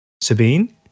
Sabine